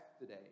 today